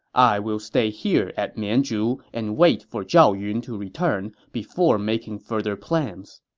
i will stay here at mianzhu and wait for zhao yun to return before making further plans.